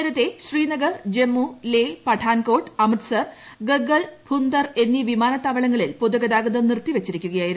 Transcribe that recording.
നേരത്തേ ശ്രീനഗർ ജമ്മു ലേ പഠാൻകോട്ട് അമൃത്സർ ഗഗ്ഗൽ ഭുന്ദർ എന്നീ വിമാനത്താവളങ്ങളിൽ പൊതുഗതാഗതം നിർത്തി വെച്ചിരിക്കുകയായിരുന്നു